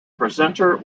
presenter